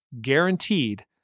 guaranteed